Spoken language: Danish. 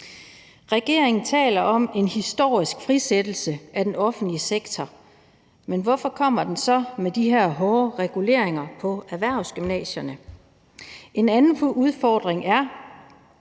Regeringen taler om en historisk frisættelse af den offentlige sektor, men hvorfor kommer den så med de her hårde reguleringer på erhvervsgymnasierne? En anden udfordring er,